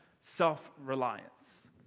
Self-reliance